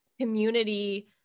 community-